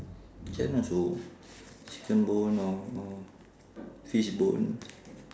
chicken bone or or fish bone